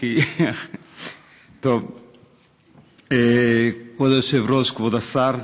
כבוד היושב-ראש, כבוד השר,